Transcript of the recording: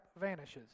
vanishes